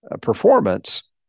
performance